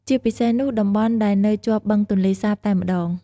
ជាពិសេសនោះ តំបន់ដែលនៅជាប់បឹងទន្លេសាបតែម្ដង។